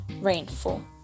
rainfall